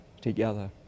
together